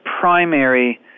primary